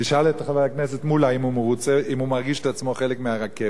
תשאל את חבר הכנסת מולה אם הוא מרגיש את עצמו חלק מהרכבת.